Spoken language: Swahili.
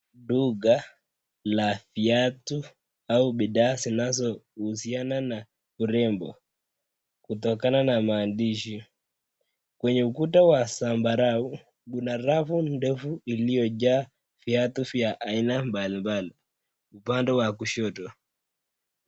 Duka la viatu au bidhaa zinazohusiana na urembo kutokana na maandishi. Kwenye ukuta wa zambarau kuna rafu ndefu iliojaa viatu vya aina mbalimbali upande wa kushoto.